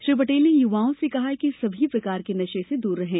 श्री पटेल ने युवाओं से कहा कि सभी प्रकार के नशे से दूर रहें